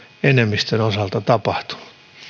enemmistön osalta tapahtunut